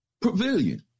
pavilion